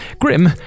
Grim